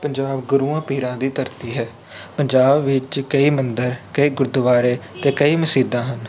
ਪੰਜਾਬ ਗੁਰੂਆਂ ਪੀਰਾਂ ਦੀ ਧਰਤੀ ਹੈ ਪੰਜਾਬ ਵਿੱਚ ਕਈ ਮੰਦਰ ਕਈ ਗੁਰਦੁਆਰੇ ਅਤੇ ਕਈ ਮਸੀਤਾਂ ਹਨ